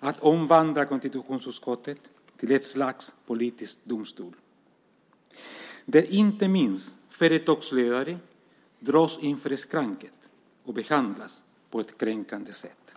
att omvandla konstitutionsutskottet till ett slags politisk domstol, där inte minst företagsledare ställs inför skranket och behandlas på ett kränkande sätt.